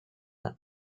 are